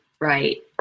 right